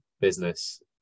business